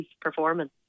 performance